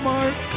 Mark